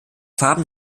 farben